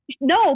No